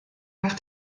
nach